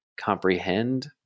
comprehend